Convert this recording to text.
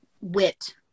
wit